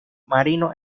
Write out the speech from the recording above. marino